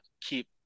keep